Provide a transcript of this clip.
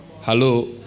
Hello